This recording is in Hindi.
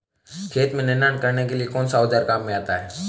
खेत में निनाण करने के लिए कौनसा औज़ार काम में आता है?